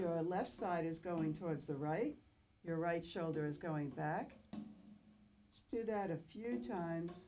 your left side is going towards the right your right shoulder is going back to that a few times